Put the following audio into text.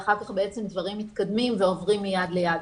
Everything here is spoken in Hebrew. ואחר כך בעצם דברים מתקדמים ועוברים מיד ליד.